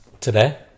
today